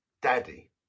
Daddy